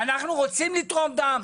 ואנחנו רוצים לתרום דם.